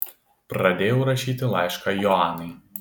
pradėjau rašyti laišką joanai